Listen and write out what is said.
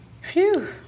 Phew